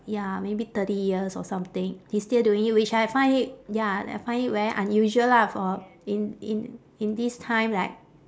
ya maybe thirty years or something he's still doing it which I find it ya like I find it very unusual lah for in in in this time like